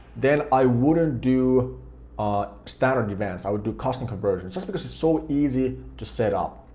then i wouldn't do standard events, i would do custom conversions, just because it's so easy to set up.